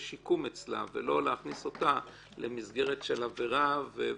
שיקום אצלה ולא להכניס אותה למסגרת של עבירה וכו'.